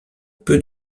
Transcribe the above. peu